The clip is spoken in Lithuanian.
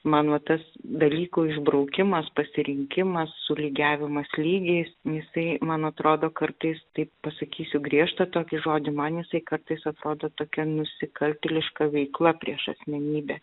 man va tas dalykų išbraukimas pasirinkimas sulygiavimas lygiais jisai man atrodo kartais taip pasakysiu griežtą tokį žodį man jisai kartais atrodo tokia nusikaltėliška veikla prieš asmenybę